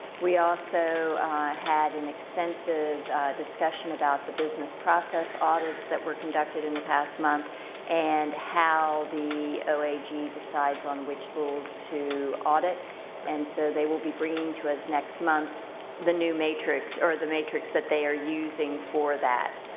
we also had an extensive discussion about the business process audits that were conducted in the past month and how the o a g. decides on which school to audit and so they will be bringing to us next month the new matrix or the matrix they are using for that.